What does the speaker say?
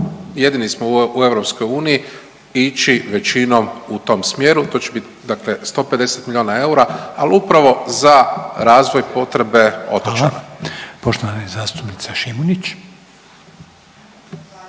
jedini smo u EU ići većinom u tom smjeru. To će biti dakle 150 milijuna eura, ali upravo za razvoj, potrebe otočana. **Reiner, Željko